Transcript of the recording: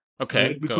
Okay